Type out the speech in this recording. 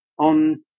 on